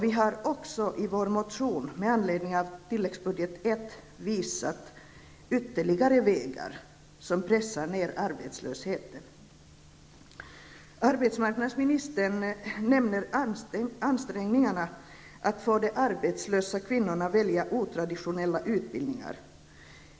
Vi har också i vår motion med anledning av tilläggsbudget I visat på ytterligare vägar som pressar ned arbetslösheten. Arbetsmarknadsministern nämner ansträngningarna att få de arbetslösa kvinnorna att välja otraditionella utbildningar.